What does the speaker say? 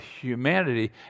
humanity